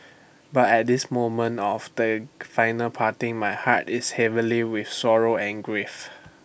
but at this moment of they final parting my heart is heavily with sorrow and grief